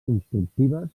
constructives